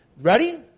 Ready